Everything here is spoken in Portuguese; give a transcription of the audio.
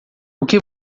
que